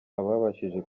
ababashije